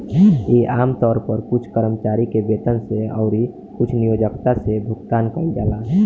इ आमतौर पर कुछ कर्मचारी के वेतन से अउरी कुछ नियोक्ता से भुगतान कइल जाला